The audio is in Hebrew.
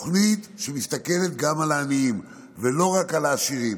תוכנית שמסתכלת גם על העניים ולא רק על העשירים.